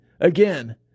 again